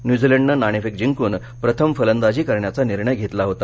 न्युझीलंडनं नाणेफेक जिंकून प्रथम फलंदाजीचा निर्णय घेतला होता